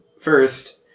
first